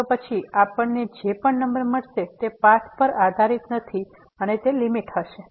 તો પછી આપણને જે પણ નંબર મળશે તે પાથ પર આધારિત નથી અને તે લીમીટ હશે